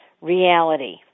reality